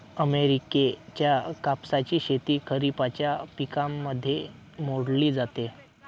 अमेरिकेच्या कापसाची शेती खरिपाच्या पिकांमध्ये मोडली जाते